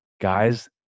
guys